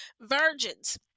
virgins